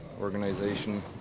organization